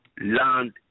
land